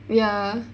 ya